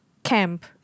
Camp